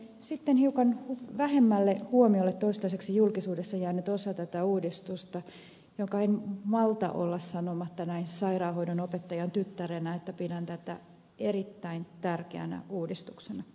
sitten hiukan vähemmälle huomiolle toistaiseksi julkisuudessa jäänyt osa tätä uudistusta jota en malta olla sanomatta näin sairaanhoidonopettajan tyttärenä pidän erittäin tärkeänä uudistuksena